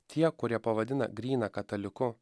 tie kurie pavadina gryną kataliku